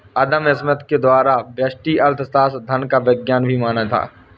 अदम Smith के द्वारा व्यष्टि अर्थशास्त्र धन का विज्ञान भी माना था